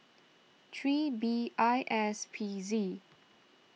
three B I S P Z